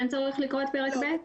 צורך לקרוא את פרק ב'?